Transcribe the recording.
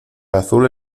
azul